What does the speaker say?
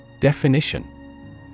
Definition